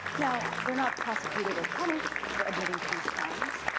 now they're not prosecuted or punished for admitting to these crimes,